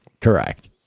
Correct